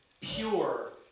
pure